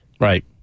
Right